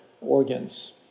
organs